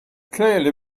clearly